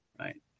right